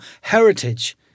heritage